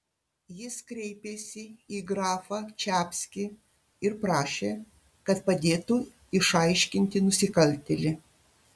jis kreipėsi į grafą čapskį ir prašė kad padėtų išaiškinti nusikaltėlį